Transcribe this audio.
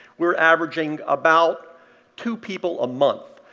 we're averaging about two people a month.